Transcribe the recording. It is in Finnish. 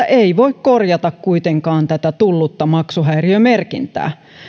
ei voi korjata kuitenkaan tätä tullutta maksuhäiriömerkintää